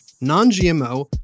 non-GMO